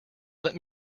let